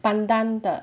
pandan 的